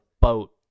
boat